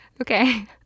Okay